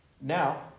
Now